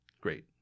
Great